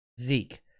Zeke